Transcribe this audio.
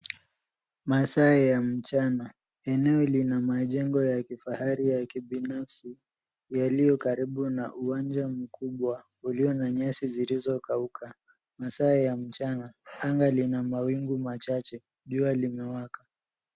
Masaa ya mchana, eneo lina majengo ya kifahari ya kibinafsi yaliyo karibu na uwanja mkubwa ulio na nyasi zilizo kauka . Masaa ya mchana , anga lina mawingu machache, jua limewaka.